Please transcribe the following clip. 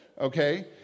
okay